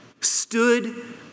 stood